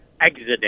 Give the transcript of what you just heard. exodus